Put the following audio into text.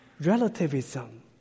relativism